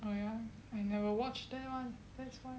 well ya I never watch that one that's why